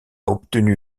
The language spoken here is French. obtenu